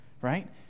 right